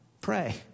pray